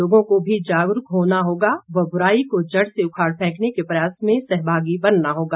लोगों को भी जागरूक होना होगा व बुराई को जड़ से उखाड़ फेंकने के प्रयास में सहभागी बनना होगा